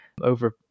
over